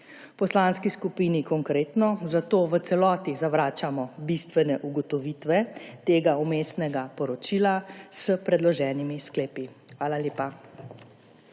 Poslanski skupini Konkretno zato v celoti zavračamo bistvene ugotovitve tega vmesnega poročila s predloženimi sklepi. Hvala lepa.